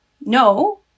no